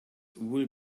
will